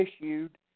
issued